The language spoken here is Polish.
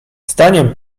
zdaniem